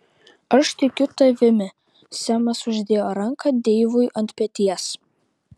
aš tikiu tavimi semas uždėjo ranką deivui ant peties